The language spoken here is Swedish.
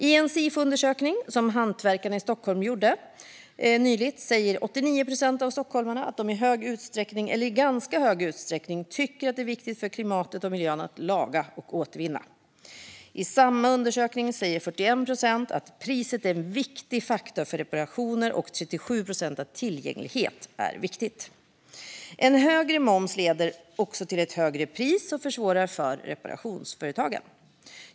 I en Sifoundersökning som Hantverkarna i Stockholm nyligen gjorde säger 89 procent av stockholmarna att de i stor utsträckning eller i ganska stor utsträckning tycker att det är viktigt för klimatet och miljön att laga och återvinna. I samma undersökning säger 41 procent att priset är en viktig faktor för reparationer och 37 procent att tillgänglighet är viktigt. En högre moms leder också till ett högre pris och försvårar för reparationsföretagen.